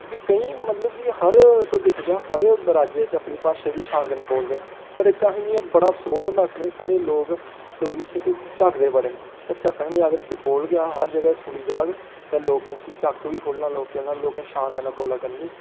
केईं मतलब कि हर तुस दिक्खे जा हर राज्य च अपनी भाशा गी शान कन्नै बोलदे न पर इक अस गै आं मिगी बड़ा अफसोस होंदा आखने च जे साढ़े लोक डोगरी च झकदे बड़े न ते झक्कन निं अगर इसी बोलगे अस हर जगह् सुनी जाग ते लोकें इसी झक्क बी खु'ल्लना लोकें दा लोकें शान कन्नै बोल्लै करनी